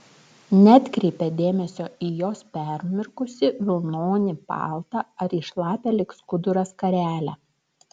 neatkreipė dėmesio į jos permirkusį vilnonį paltą ar į šlapią lyg skuduras skarelę